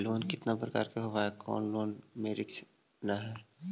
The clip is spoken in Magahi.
लोन कितना प्रकार के होबा है कोन लोन लेब में रिस्क न है?